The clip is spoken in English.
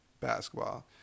basketball